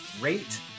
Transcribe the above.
rate